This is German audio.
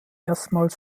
erstmals